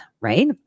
right